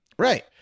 Right